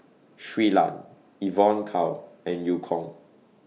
Shui Lan Evon Kow and EU Kong